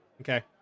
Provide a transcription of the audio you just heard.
Okay